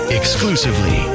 exclusively